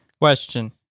Question